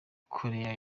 korea